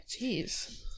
Jeez